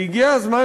והגיע הזמן,